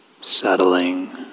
settling